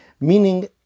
meaning